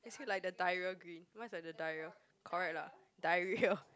is it like the diarrhoea green what's like the diarrhoea correct lah diarrhoea